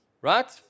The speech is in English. Right